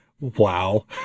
Wow